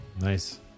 nice